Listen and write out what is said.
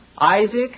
Isaac